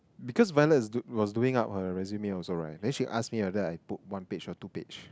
because Violet is do was doing up her resume also right then she ask me whether I put one page or two page